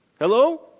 Hello